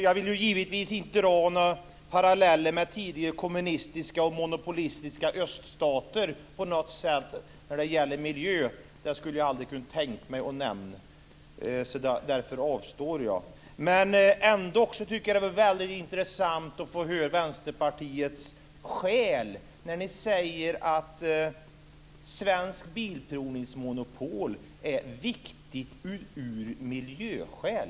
Jag vill givetvis inte dra några paralleller med tidigare kommunistiska och monopolistiska öststater när det gäller miljön. Det skulle jag aldrig kunna tänka mig att nämna. Därför avstår jag. Men jag tycker att det vore väldigt intressant att få höra Vänsterpartiets skäl. Ni säger ju att ett svenskt bilprovningsmonopol är viktigt av miljöskäl.